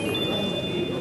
נתקבל.